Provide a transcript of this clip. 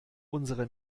unsere